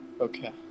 Okay